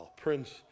prince